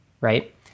right